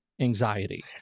anxiety